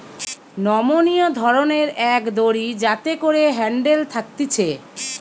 নমনীয় ধরণের এক দড়ি যাতে করে একটা হ্যান্ডেল থাকতিছে